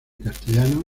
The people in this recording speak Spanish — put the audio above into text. castellano